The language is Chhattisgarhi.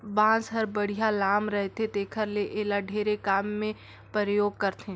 बांस हर बड़िहा लाम रहथे तेखर ले एला ढेरे काम मे परयोग करथे